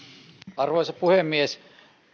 arvoisa puhemies